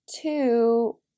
Two